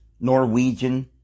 Norwegian